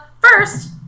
first